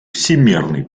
всемерной